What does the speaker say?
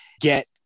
get